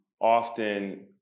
often